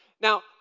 Now